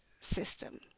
system